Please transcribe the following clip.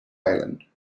island